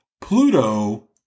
Pluto